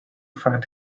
find